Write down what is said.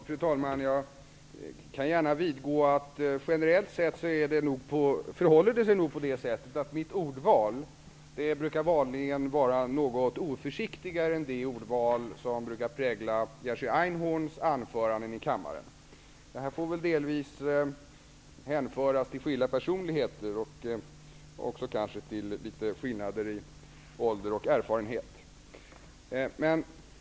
Fru talman! Jag kan gärna vidgå att mitt ordval generellt sett brukar vara oförsiktigare än det ordval som brukar prägla Jerzy Einhorns anföranden i kammaren. Det får väl delvis hänföras till skilda personligheter och kanske till skillnader i ålder och erfarenhet.